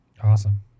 Awesome